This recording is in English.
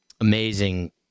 amazing